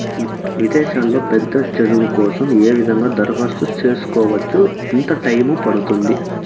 విదేశాల్లో పెద్ద చదువు కోసం ఏ విధంగా దరఖాస్తు సేసుకోవచ్చు? ఎంత టైము పడుతుంది?